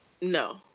No